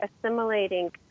assimilating